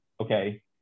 okay